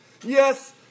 Yes